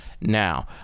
Now